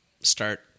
start